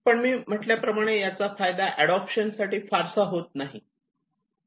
पण मी म्हटल्याप्रमाणे याचा फायदा अडोप्शन साठी फारसा होत नाही